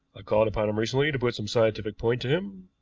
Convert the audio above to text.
i called upon him recently to put some scientific point to him,